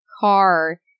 car